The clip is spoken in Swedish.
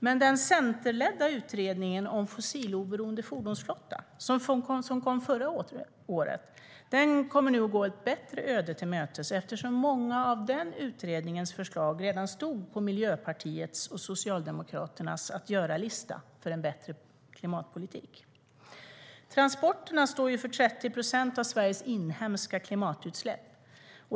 Men den centerledda utredning om en fossiloberoende fordonsflotta som kom förra året går nu ett bättre öde till mötes, eftersom många av den utredningens förslag redan stod på Miljöpartiets och Socialdemokraternas att-göra-lista för en bättre klimatpolitik. Transporterna står för 30 procent av Sveriges inhemska klimatutsläpp.